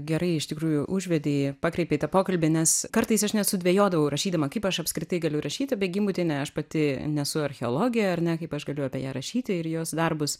gerai iš tikrųjų užvedei pakreipei tą pokalbį nes kartais aš net sudvejodavau rašydama kaip aš apskritai galiu rašyti apie gimbutienę aš pati nesu archeologė ar ne kaip aš galiu apie ją rašyti ir jos darbus